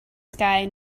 sky